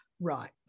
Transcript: Right